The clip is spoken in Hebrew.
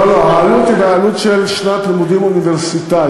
לא לא, העלות היא של שנת לימודים אוניברסיטאית.